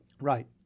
Right